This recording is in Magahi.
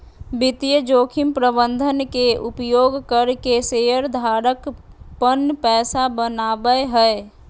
वित्तीय जोखिम प्रबंधन के उपयोग करके शेयर धारक पन पैसा बनावय हय